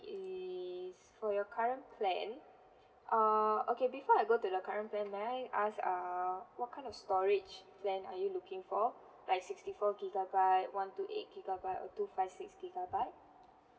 is for your current plan err okay before I go to the current plan may I ask err what kind of storage plan are you looking for like sixty four gigabyte one two eight gigabyte or two five six gigabyte